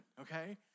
okay